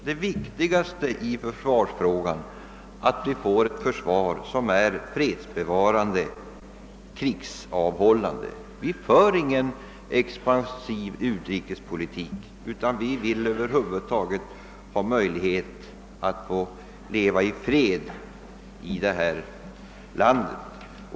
Det viktigaste i försvarsfrågan är att vi får ett försvar som är fredsbevarande, krigsavhållande. Vi för ingen expansiv utrikespolitik, utan vi vill främst ha möjlighet att leva i fred i vårt land.